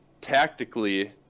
tactically